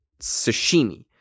sashimi